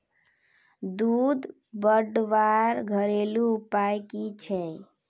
दूध बढ़वार घरेलू उपाय की छे?